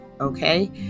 okay